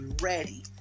ready